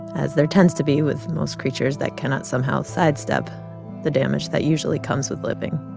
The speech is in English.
as there tends to be with most creatures that cannot somehow sidestep the damage that usually comes with living.